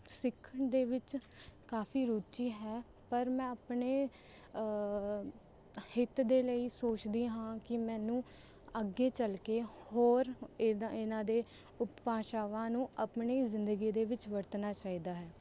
ਸਿੱਖਣ ਦੇ ਵਿੱਚ ਕਾਫੀ ਰੁਚੀ ਹੈ ਪਰ ਮੈਂ ਆਪਣੇ ਹਿੱਤ ਦੇ ਲਈ ਸੋਚਦੀ ਹਾਂ ਕਿ ਮੈਨੂੰ ਅੱਗੇ ਚੱਲ ਕੇ ਹੋਰ ਇਹਦਾ ਇਹਨਾਂ ਦੇ ਉਪ ਭਾਸ਼ਾਵਾਂ ਨੂੰ ਆਪਣੀ ਜ਼ਿੰਦਗੀ ਦੇ ਵਿੱਚ ਵਰਤਣਾ ਚਾਹੀਦਾ ਹੈ